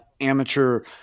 amateur